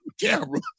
camera